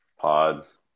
pods